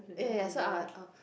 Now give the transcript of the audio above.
ya ya ya so I I'll